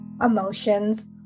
emotions